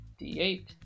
d8